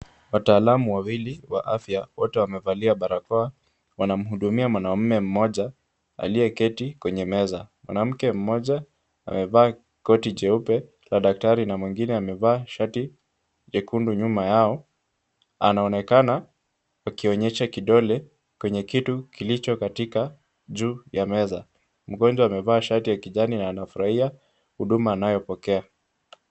Wataalamu wawili wa afya wote wamevalia barakoa wanamhudumia mwanaume mmoja aliyeketi kwenye meza. Mwanamke mmoja amevaa koti jeupe la daktari na mwingine amevaa shati jekundu nyuma yao. Anaonekana akionyesha kidole kwenye kitu kilicho katika juu ya meza. Mgonjwa amevaa shati ya kijani na anafurahia huduma anayopokea.